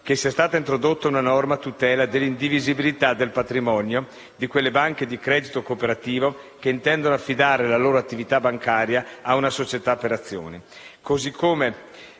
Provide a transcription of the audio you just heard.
che è stata introdotta una norma a tutela dell'indivisibilità del patrimonio di quelle banche di credito cooperativo che intendono affidare la loro attività bancaria a una società per azioni. Così come